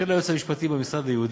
של היועץ המשפטי במשרד הייעודי,